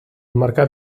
mercat